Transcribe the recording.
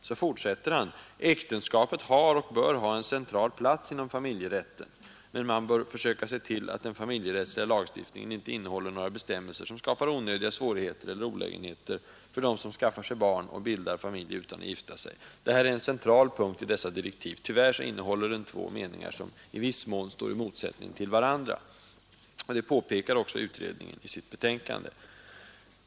Sedan fortsätter han: ”Äktenskapet har och bör ha en central plats inom familjerätten, men man bör försöka se till att den familjerättsliga lagstiftningen inte innehåller några bestämmelser som skapar onödiga svårigheter eller olägenheter för dem som skaffar sig barn och bildar familj utan att gifta sig.” Det här är ett centralt avsnitt i dessa direktiv. Tyvärr innehåller de två meningar, som i viss mån står i motsättning till varandra. Det påpekar också utredningen i sitt betänkande.